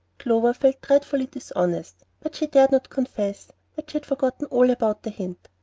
clover felt dreadfully dishonest but she dared not confess that she had forgotten all about the hint,